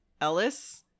Ellis